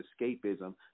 escapism